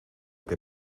que